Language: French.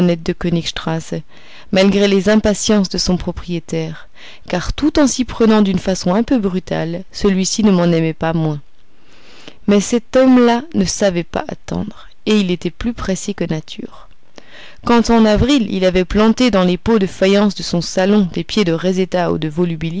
malgré les impatiences de son propriétaire car tout en s'y prenant d'une façon un peu brutale celui-ci ne m'en aimait pas moins mais cet homme-là ne savait pas attendre et il était plus pressé que nature quand en avril il avait planté dans les pots de faïence de son salon des pieds de